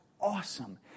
awesome